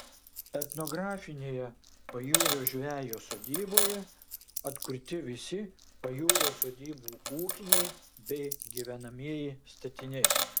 etnografinėje pajūrio žvejo sodyboje atkurti visi pajūrio sodybų ūkiniai bei gyvenamieji statiniai